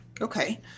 Okay